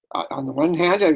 on the one hand, i